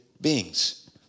beings